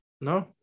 No